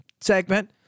segment